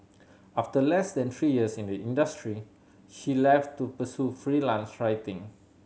after less than three years in the industry she left to pursue freelance writing